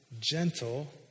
gentle